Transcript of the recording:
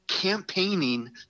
campaigning